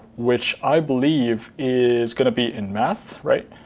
which i believe is going to be in math, right?